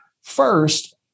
first